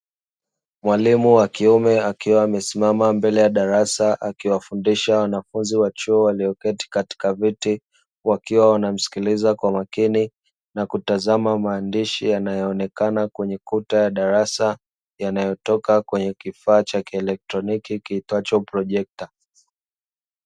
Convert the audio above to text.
Mwalimu wa kiume akiwa amesimama mbele ya darasa akiwafundisha wanafunzi wa chuo walioketi katika viti, wakiwa wanamsikiliza kwa makini na kutazama maandishi yanayoonekana kwenye kuta ya darasa yanayotoka kwenye kifaa cha kielektroniki kiitwacho projekta.